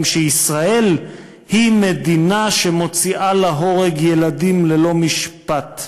שישראל היא מדינה שמוציאה להורג ילדים ללא משפט.